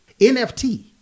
NFT